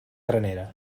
granera